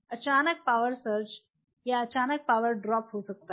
अचानक power surge या अचानक पावर ड्राप हो सकता है